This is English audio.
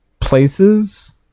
places